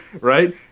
right